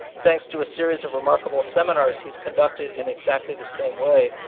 thanks to a series of remarkable seminars he's conducted in exactly the same way,